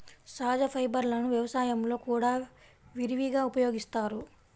సహజ ఫైబర్లను వ్యవసాయంలో కూడా విరివిగా ఉపయోగిస్తారు